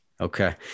Okay